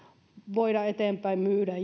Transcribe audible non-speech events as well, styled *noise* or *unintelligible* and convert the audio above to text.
voida eteenpäin myydä *unintelligible*